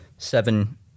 Seven